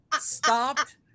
stopped